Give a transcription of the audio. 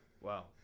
Wow